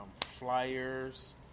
Flyers